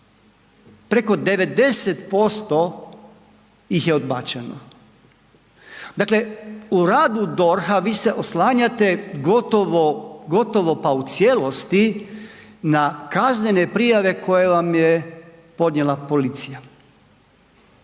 preko 90% ih je odbačeno. Dakle, u radu DORH-a vi se oslanjate gotovo, gotovo, pa u cijelosti na kaznene prijave koje vam je podnijela policija,